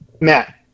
matt